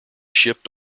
shipped